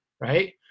right